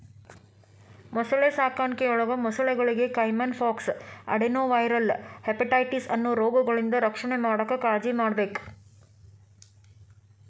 ಮೊಸಳೆ ಸಾಕಾಣಿಕೆಯೊಳಗ ಮೊಸಳೆಗಳಿಗೆ ಕೈಮನ್ ಪಾಕ್ಸ್, ಅಡೆನೊವೈರಲ್ ಹೆಪಟೈಟಿಸ್ ಅನ್ನೋ ರೋಗಗಳಿಂದ ರಕ್ಷಣೆ ಮಾಡಾಕ್ ಕಾಳಜಿಮಾಡ್ಬೇಕ್